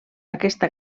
aquesta